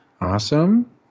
Awesome